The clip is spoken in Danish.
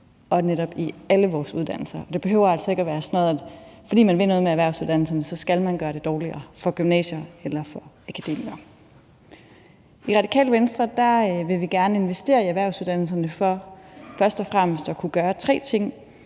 og netop i alle vores uddannelser. Det behøver altså ikke at være sådan noget med, at fordi man vil noget med erhvervsuddannelserne, skal man gøre det dårligere for gymnasier eller for akademikere. I Radikale Venstre vil vi gerne investere i erhvervsuddannelserne for først og fremmest at kunne gøre tre ting.